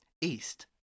east